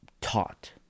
taught